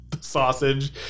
sausage